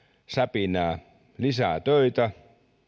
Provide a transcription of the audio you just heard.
säpinää lisää töitä